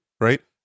right